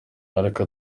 ariko